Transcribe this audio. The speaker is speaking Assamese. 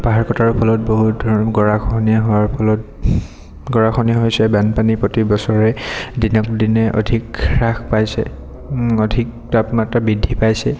পাহাৰ কটাৰ ফলত বহুত ধৰণ গৰাখহনীয়া হোৱাৰ ফলত গৰাখহনীয়া হৈছে বানপানীৰ প্ৰতি বছৰে দিনকদিনে অধিক হ্ৰাস পাইছে অধিক তাপমাত্ৰা বৃদ্ধি পাইছে